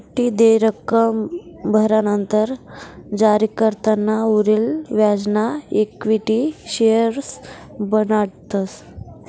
बठ्ठी देय रक्कम भरानंतर जारीकर्ताना उरेल व्याजना इक्विटी शेअर्स बनाडतस